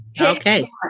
okay